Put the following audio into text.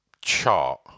chart